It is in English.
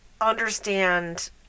understand